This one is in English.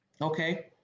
Okay